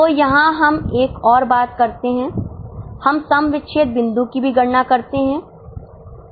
तो यहाँ हम एक और बात करते हैं हम सम विच्छेद बिंदु की भी गणना करते हैं